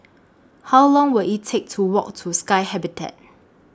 How Long Will IT Take to Walk to Sky Habitat